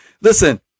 listen